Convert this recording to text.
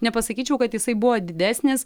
nepasakyčiau kad jisai buvo didesnis